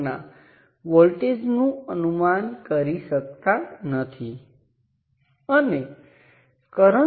અને n મો તે મનસ્વી હોઈ શકે છે તે ગમે તે હોઈ શકે છે